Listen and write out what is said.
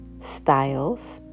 Styles